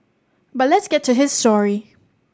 but let's get to his story